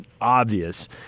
obvious